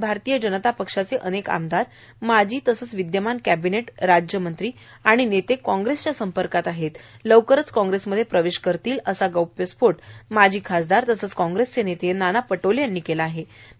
सध्याच्या घडीला भरतीत जनता पक्षाचे अनेक आमदार एमाजी तसेच विद्यमान कॅबिनेट राज्यमंत्री नेते कॉग्रेस च्या संपर्कात आहे लवकरच कॉग्रेस मध्ये प्रवेश करतील असा गोफ्य स्फोट माजी खासदार तसेच कॉग्रेस नेते नाना पटोले यांनी केला